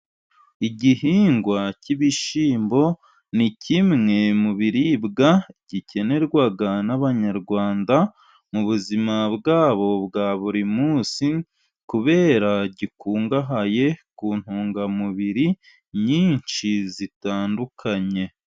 Igihingwa cy'ibishyimbo, ni kimwe mu biribwa gikenerwa n'abanyarwanda mu buzima bwabo bwa buri munsi, kubera gikungahaye ku ntungamubiri nyinshi zitandukanye.